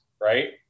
right